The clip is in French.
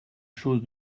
chose